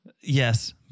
Yes